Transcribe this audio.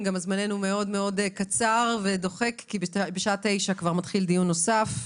זמננו קצר ודוחק כי ב-09:00 יש דיון נוסף.